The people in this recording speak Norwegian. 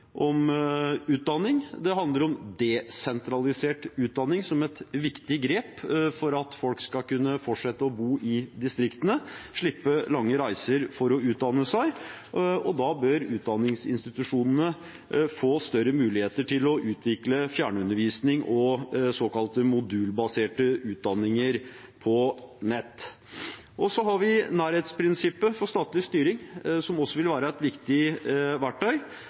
utdanning. Det handler om desentralisert utdanning som et viktig grep for at folk skal kunne fortsette å bo i distriktene og slippe lange reiser for å utdanne seg. Da bør utdanningsinstitusjonene få større muligheter til å utvikle fjernundervisning og såkalte modulbaserte utdanninger på nett. Nærhetsprinsippet for statlig styring vil også være et viktig verktøy.